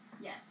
Yes